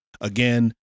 Again